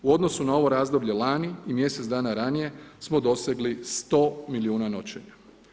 U odnosu na ovo razdoblje lani i mjesec dana ranije smo dosegli 100 milijuna noćenja.